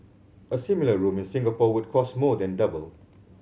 a similar room in Singapore would cost more than double